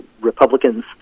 Republicans